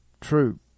true